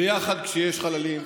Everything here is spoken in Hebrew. ביחד כשיש חללים,